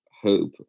hope